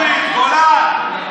לא מתבייש.